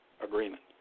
agreement